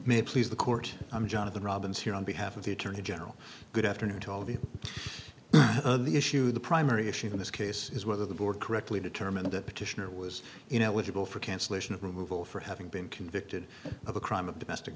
may please the court i'm jonathan robbins here on behalf of the attorney general good afternoon to all of you the issue the primary issue in this case is whether the board correctly determined that petitioner was you know with a bill for cancellation of removal for having been convicted of a crime of domestic